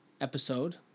episode